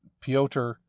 Piotr